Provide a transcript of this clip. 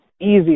easy